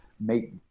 make